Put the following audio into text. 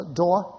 door